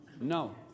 no